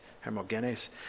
Hermogenes